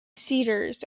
cedars